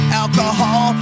alcohol